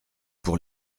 pour